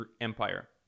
empire